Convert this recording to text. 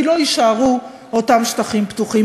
כי לא יישארו אותם שטחים פתוחים,